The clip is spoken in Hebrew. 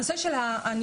הנושא של הניו-מדיה,